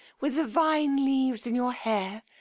with the vine-leaves in your hair.